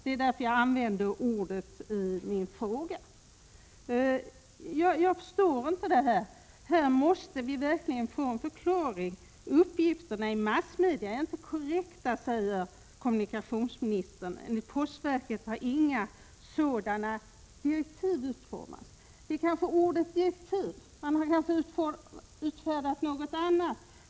Detta var också anledningen till att jag använde ordet rättvisa i min fråga. Vi måste verkligen få en förklaring. Kommunikationsministern sade att uppgifterna i massmedia inte är korrekta och att postverket inte har några direktiv att försena vanliga postpaket. Svaret har kanske hängts upp på ordet direktiv. Posten har kanske utfärdat något annat.